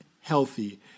healthy